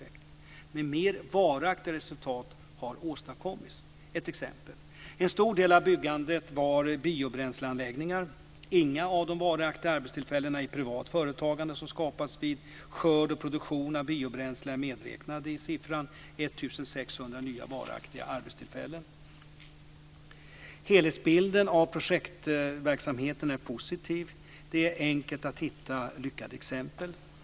Även mer varaktiga resultat har åstadkommits. Ett exempel: En stor del av byggandet var biobränsleanläggningar. Inga av de varaktiga arbetstillfällen i privat företagande som skapats vid skörd och produktion av biobränslen är medräknade i siffran 1 600 nya varaktiga arbetstillfällen. Helhetsbilden av projektverksamheten är positiv. Det är enkelt att hitta lyckade exempel.